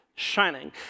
shining